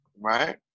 right